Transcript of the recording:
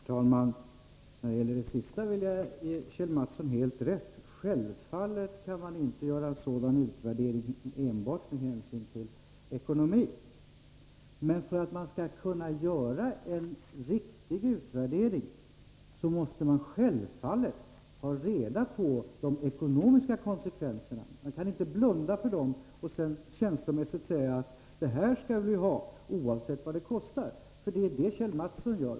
Herr talman! I det sista vill jag ge Kjell Mattsson helt rätt. Självfallet kan man inte göra en sådan utvärdering enbart med hänsyn till ekonomin. För att man skall kunna göra en riktig utvärdering måste man känna till de ekonomiska konsekvenserna. Man kan inte blunda för dem och känslomässigt säga att detta är någonting vi skall ha oavsett vad det kostar. Det är vad Kjell Mattsson gör.